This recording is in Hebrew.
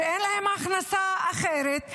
שאין להם הכנסה אחרת.